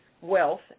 wealth